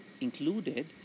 included